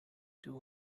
too